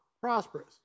prosperous